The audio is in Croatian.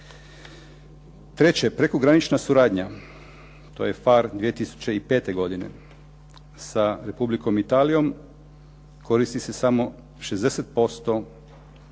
Treće. Prekogranična suradnja, to je PHARe 2005. godine sa Republikom Italijom, koristi se samo 60% sredstava,